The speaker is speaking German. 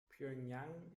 pjöngjang